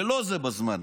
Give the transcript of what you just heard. ולא זה בזמן.